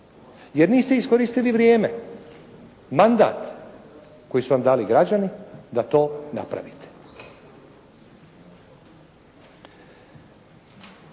Jer niste iskoristili vrijeme, mandat koji su vam dali građani da to napravile.